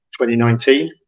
2019